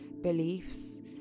beliefs